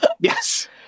Yes